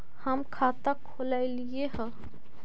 हम खाता खोलैलिये हे?